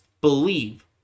believe